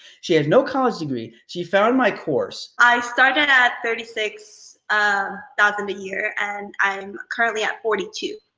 she has no college degree, she found my course. i started at thirty six ah thousand dollars a year and i'm currently at forty two